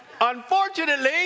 Unfortunately